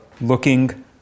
Looking